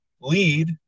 lead